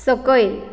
सकयल